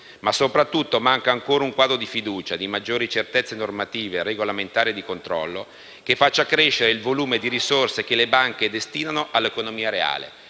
ma soprattutto manca ancora un quadro di fiducia, di maggiori certezze normative, regolamentari e di controllo che faccia crescere il volume di risorse che le banche destinano all'economia reale.